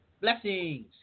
Blessings